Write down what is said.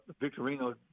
Victorino